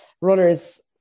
runners